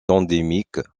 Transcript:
endémique